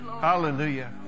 Hallelujah